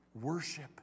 worship